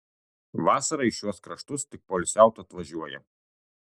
vasarą į šiuos kraštus tik poilsiaut atvažiuoja